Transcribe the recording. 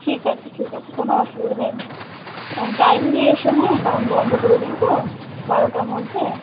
ঠিক আছে ঠিক আছে কোনো অসুবিধা নেই ও টাইমলি এসো হ্যাঁ কারণ বন্ধ করে দিই তো বারোটার মধ্যে